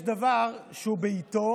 יש דבר שהוא בעיתו